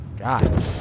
God